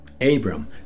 Abram